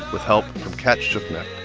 with help from cat schuknecht.